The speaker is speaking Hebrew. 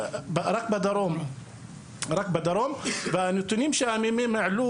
רק בדרום והנתונים שממ"מ העלו,